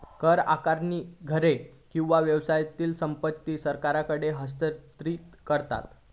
कर आकारणी घरे किंवा व्यवसायातली संपत्ती सरकारकडे हस्तांतरित करता